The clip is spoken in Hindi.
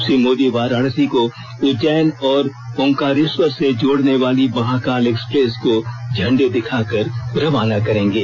श्री मोदी वाराणसी को उज्जैन और ओमकारेश्वर से जोड़ने वाली महाकाल एक्सप्रेस को झंडी दिखाकर रवाना करेंगे